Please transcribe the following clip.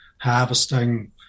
harvesting